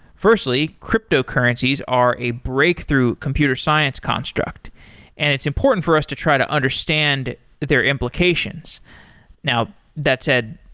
firstly, cryptocurrencies are a breakthrough computer science construct and it's important for us to try to understand their implications now that said,